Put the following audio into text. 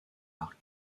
parc